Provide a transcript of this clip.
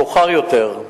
מאוחר יותר,